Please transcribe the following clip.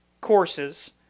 courses